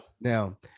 Now